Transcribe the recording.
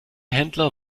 händler